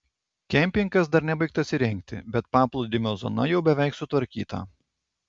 kempingas dar nebaigtas įrengti bet paplūdimio zona jau beveik sutvarkyta